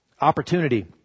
Opportunity